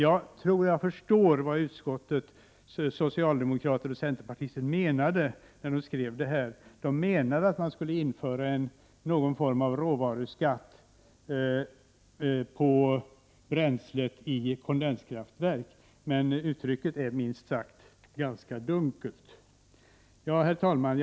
Jag tror att jag förstår vad näringsutskottets socialdemokrater och centerpartister menade när de skrev detta. De menade att man skulle införa någon form av råvaruskatt på bränslet i kondenskraftverk, men man uttrycker sig minst sagt ganska dunkelt. Herr talman!